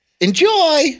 Enjoy